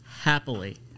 Happily